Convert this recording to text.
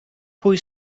pwy